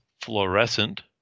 fluorescent